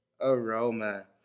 aroma